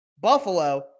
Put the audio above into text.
Buffalo